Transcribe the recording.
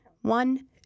One